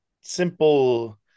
simple